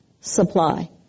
supply